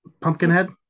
Pumpkinhead